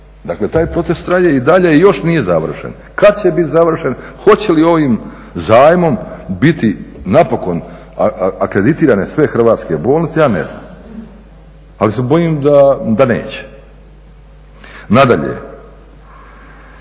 Dakle, taj proces traje i dalje i još nije završen. Kad će bit završen? Hoće li ovim zajmom biti napokon akreditirane sve hrvatske bolnice ja ne znam, ali se bojim da neće. Nadalje.